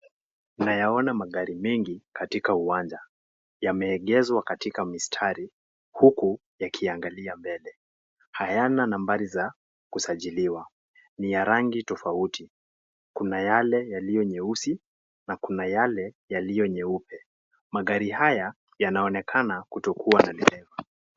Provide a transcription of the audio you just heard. Nayaona magari mengi katika uwanja, yamegezwa katika mistari, huku yakiangalia mbele.e. Hayana nambari za kusajiliwa ni ya rangi tofauti. Kuna yale yaliyo nyeusi na kuna yale yalio nyeupe. Magari haya ya naonekana kutokua na nilewa.